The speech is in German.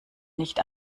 nicht